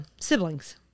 siblings